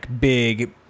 big